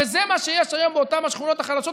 וזה מה שיש היום באותן שכונות חלשות,